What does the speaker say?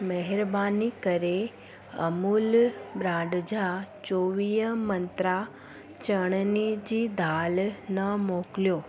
महिरबानी करे अमूल ब्रांड जा चोवीह मंत्रा चणनि जी दालि न मोकिलियो